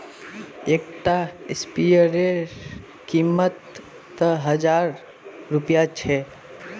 एक टा स्पीयर रे कीमत त हजार रुपया छे